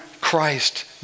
Christ